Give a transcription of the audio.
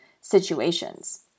situations